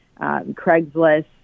Craigslist